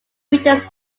richards